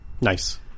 Nice